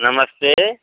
नमस्ते